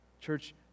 Church